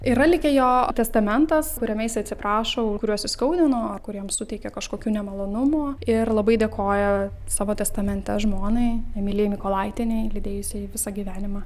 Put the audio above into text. yra likę jo testamentas kuriame jisai atsiprašo kuriuos įskaudino kuriems suteikė kažkokių nemalonumų ir labai dėkoja savo testamente žmonai emilijai mykolaitienei lydėjusiai jį visą gyvenimą